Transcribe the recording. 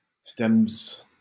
stems